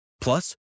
Plus